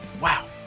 wow